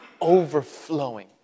overflowing